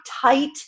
tight